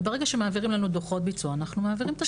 ברגע שמעבירים לנו דוחות ביצוע אנחנו מעבירים את הכסף.